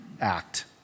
act